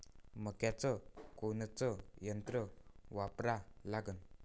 मक्याचं कोनचं यंत्र वापरा लागन?